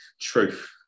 truth